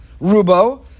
Rubo